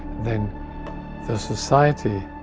then the society,